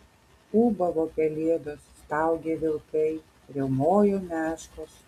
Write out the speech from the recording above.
ūbavo pelėdos staugė vilkai riaumojo meškos